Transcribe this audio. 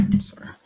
Sorry